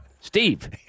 Steve